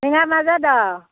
नोंहा मा जादों